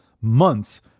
months